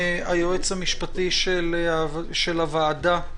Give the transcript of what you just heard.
מהיועץ המשפטי של הוועדה,